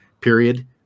period